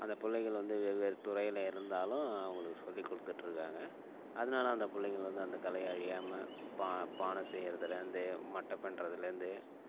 அந்த பிள்ளைகள் வந்து வெவ்வேறு துறையில் இருந்தாலும் அவங்களுக்கு சொல்லிக் கொடுத்துட்ருக்காங்க அதனால அந்த பிள்ளைங்கள் வந்து அந்த கலையை அழியாமல் பா பானை செய்கிறதுலேருந்து மட்டைப் பின்னுறதுலேருந்து